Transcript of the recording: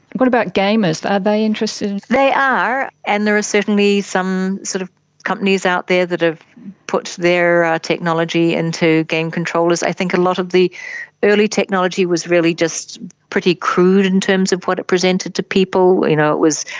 what about gamers? are they interested? they are, and there are certainly some sort of companies out there that have put their technology into game controllers. i think a lot of the early technology was really just pretty crude in terms of what it presented to people. you know, it was